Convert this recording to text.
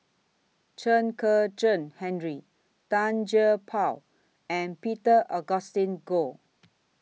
Chen Kezhan Henri Tan Gee Paw and Peter Augustine Goh